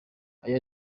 aya